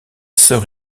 sœur